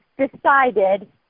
decided